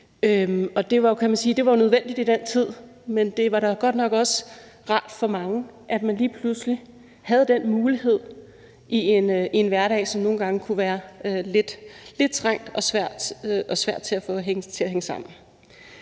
sige, nødvendigt i den tid. Men det var da godt nok også rart for mange, at man havde den mulighed i en hverdag, som nogle gange kunne være lidt trængt og svær at få til at hænge sammen.